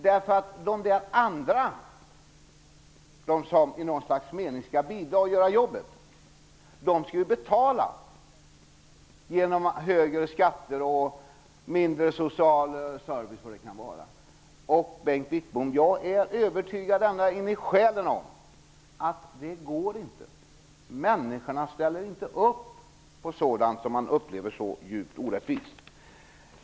De som i något slags mening skall göra jobbet skall ju betala genom högre skatter, mindre social service, osv. Och, Bengt Wittbom, jag är övertygad ända in i själen om att det inte går. Människorna ställer inte upp på något som de upplever som så djupt orättvist.